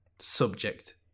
subject